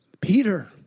Peter